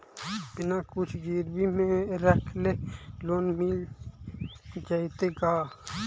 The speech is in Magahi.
बिना कुछ गिरवी मे रखले लोन मिल जैतै का?